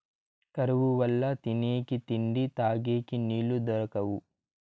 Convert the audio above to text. కరువు వల్ల తినేకి తిండి, తగేకి నీళ్ళు దొరకవు